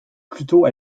plutôt